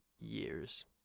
Year's